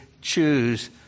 choose